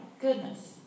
goodness